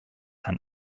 herrn